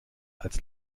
als